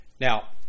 now